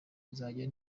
nzajya